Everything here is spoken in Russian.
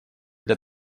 для